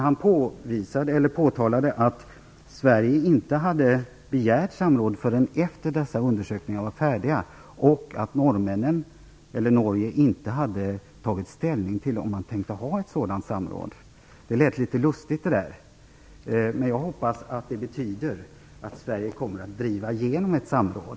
Han påtalade att Sverige inte hade begärt samråd förrän efter det att dessa undersökningar var färdiga och sade att Norge inte hade tagit ställning till om man tänkte ha ett sådant samråd. Det lät litet lustigt. Jag hoppas att det betyder att Sverige kommer att driva igenom ett samråd.